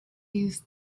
used